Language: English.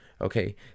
okay